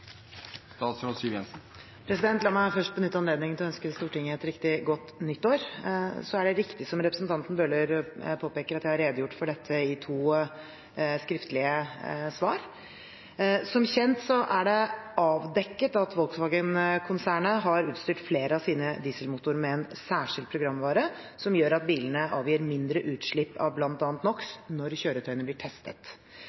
La meg først benytte anledningen til å ønske Stortinget et riktig godt nytt år. Det er riktig som representanten Bøhler påpeker, at jeg har redegjort for dette i to skriftlige svar. Som kjent er det avdekket at Volkswagen-konsernet har utstyrt flere av sine dieselmotorer med en særskilt programvare som gjør at bilene avgir mindre utslipp av